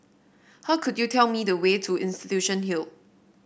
how could you tell me the way to Institution Hill